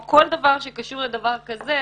או כל דבר שקשור לדבר כזה,